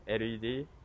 LED